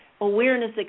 awareness